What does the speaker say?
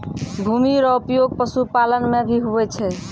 भूमि रो उपयोग पशुपालन मे भी हुवै छै